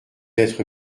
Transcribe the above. être